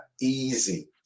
Easy